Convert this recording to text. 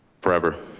forever.